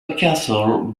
castle